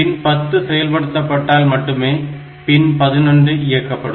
பின் 10 செயல்படுத்தப்பட்டால் மட்டுமே பின் 11 இயக்கப்படும்